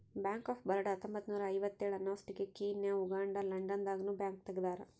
bank of Baroda ಹತ್ತೊಂಬತ್ತ್ನೂರ ಐವತ್ತೇಳ ಅನ್ನೊಸ್ಟಿಗೆ ಕೀನ್ಯಾ ಉಗಾಂಡ ಲಂಡನ್ ದಾಗ ನು ಬ್ಯಾಂಕ್ ತೆಗ್ದಾರ